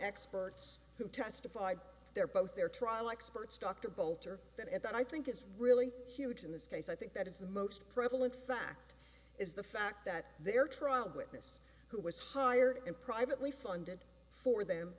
experts who testified they're both their trial experts dr bolter that i think is really huge in this case i think that is the most prevalent fact is the fact that their trial witness who was hired and privately funded for them